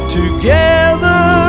together